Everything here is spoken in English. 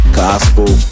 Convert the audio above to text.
gospel